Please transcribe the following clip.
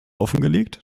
offengelegt